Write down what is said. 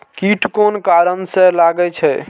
कीट कोन कारण से लागे छै?